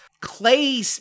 Clay